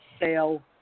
Sale